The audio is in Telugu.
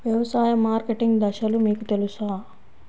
వ్యవసాయ మార్కెటింగ్ దశలు మీకు తెలుసా?